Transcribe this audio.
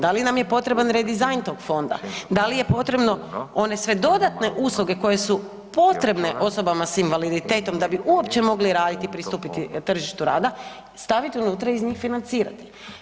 Da li nam je potreban redizajn tog fonda, da li je potrebno one sve dodatne usluge koje su potrebne osobama s invaliditetom da bi uopće mogli raditi i pristupiti tržištu rada, staviti unutra i iz njih financirati.